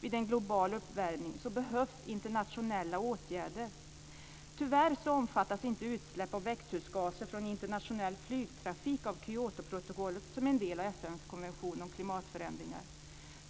vid en global uppvärmning behövs internationella åtgärder. Tyvärr omfattas inte utsläpp av växthusgaser från internationell flygtrafik av Kyotoprotokollet, som är en del av FN:s konvention om klimatförändringar.